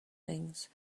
things